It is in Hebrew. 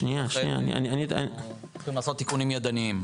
צריכים לעשות תיקונים ידניים,